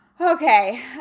Okay